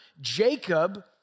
Jacob